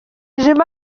mal